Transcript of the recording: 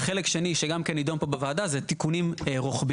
וחלק שני שגם כן יידון פה בוועדה זה תיקונים רוחביים.